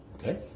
Okay